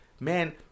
Man